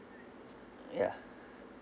uh uh ya